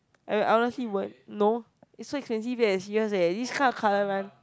I I honestly won't no it's so expensive eh serious eh this kind of colour run